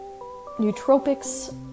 nootropics